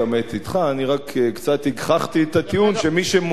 אני רק קצת הגחכתי את הטיעון שמי שמונע הכרה